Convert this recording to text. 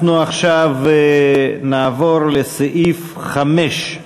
אנחנו עכשיו נעבור לסעיף 5,